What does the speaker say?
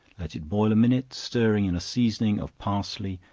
let it boil a minute, stirring in a seasoning of parsley,